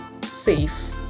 safe